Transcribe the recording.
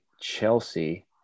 Chelsea